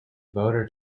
voter